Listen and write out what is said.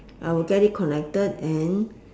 I will get it connected and